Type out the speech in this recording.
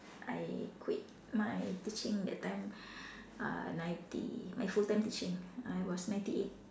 I quit my teaching that time uh ninety my full time teaching I was ninety eight